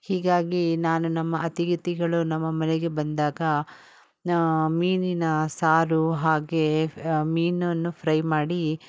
ಹೀಗಾಗಿ ನಾನು ನಮ್ಮ ಅತಿಥಿಗಳು ನಮ್ಮ ಮನೆಗೆ ಬಂದಾಗ ಮೀನಿನ ಸಾರು ಹಾಗೇ ಮೀನನ್ನು ಫ್ರೈ ಮಾಡಿ